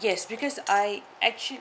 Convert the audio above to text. yes because I actual~